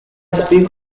speak